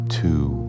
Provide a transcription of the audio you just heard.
two